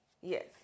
Yes